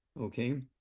Okay